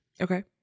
Okay